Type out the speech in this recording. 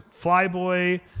Flyboy